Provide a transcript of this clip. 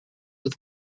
with